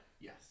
Yes